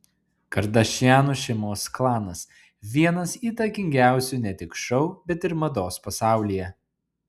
kardašianų šeimos klanas vienas įtakingiausių ne tik šou bet ir mados pasaulyje